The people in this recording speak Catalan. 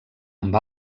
amb